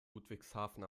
ludwigshafen